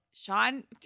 Sean